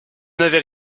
n’avais